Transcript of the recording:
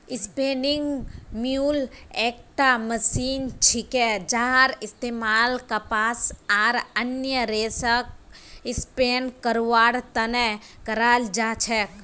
spinning mule एकटा machine छिके जहार इस्तमाल कपास आर अन्य रेशक स्पिन करवार त न कराल जा छेक